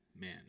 man